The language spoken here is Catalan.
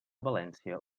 valència